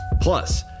Plus